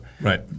Right